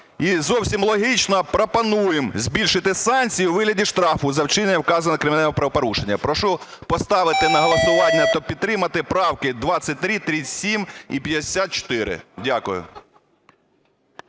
І зовсім логічно, пропонуємо збільшити санкції у вигляді штрафу за вчинення вказаного кримінального правопорушення. Прошу поставити на голосування та підтримати правки: 23, 37 і 54. Дякую.